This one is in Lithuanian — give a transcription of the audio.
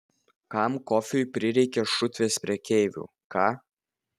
kam kofiui prireikė šutvės prekeivių ką